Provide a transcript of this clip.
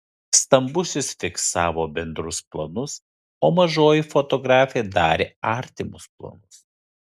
stambusis fiksavo bendrus planus o mažoji fotografė darė artimus planus